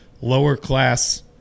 lower-class